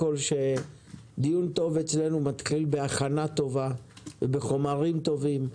דיון טוב אצלנו מתחיל בהכנה טובה ובחומרים טובים,